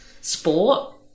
sport